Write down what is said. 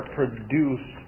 produce